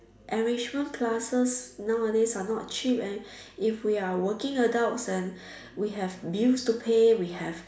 enrichment classes nowadays are not cheap and if we are working adults and we have bills to pay we have